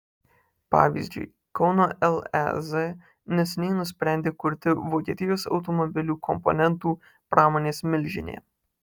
pavyzdžiui kauno lez neseniai nusprendė kurti vokietijos automobilių komponentų pramonės milžinė